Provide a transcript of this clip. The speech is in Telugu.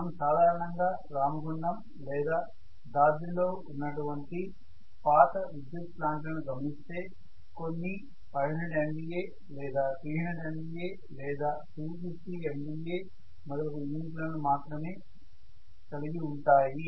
మనం సాధారణంగా రామగుండం లేదా దాద్రి లో ఉన్నటువంటి పాత విద్యుత్ ప్లాంట్ లను గమనిస్తే కొన్ని 500 MVA లేదా 300 MVA లేదా 250 MVA మొదలగు యూనిట్లను మాత్రమే కలిగి ఉంటాయి